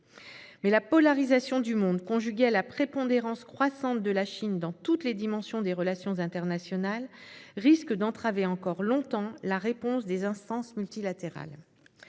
Mais la polarisation du monde, conjuguée à la prépondérance croissante de la Chine dans toutes les dimensions des relations internationales, risque d'entraver encore longtemps la réponse des instances multilatérales.